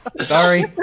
Sorry